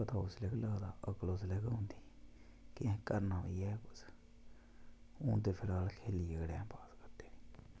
ते पता उसलै गै लगदा अकल उसलै गै औंदी ते करना केह् ऐ कुसै हून छड़ा खेल्लियै टैम पास करदे न